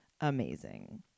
Amazing